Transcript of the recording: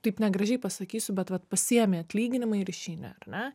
taip negražiai pasakysiu bet vat pasiimi atlyginimą ir išeini ar ne